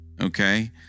okay